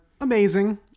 amazing